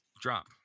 Drop